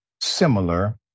similar